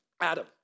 Adam